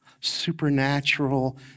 supernatural